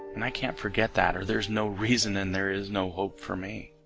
and i can't forget that or there's no reason and there is no hope for me